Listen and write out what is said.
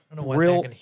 real